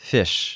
Fish